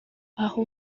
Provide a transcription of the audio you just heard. aho